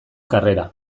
karrera